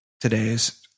today's